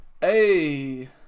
Hey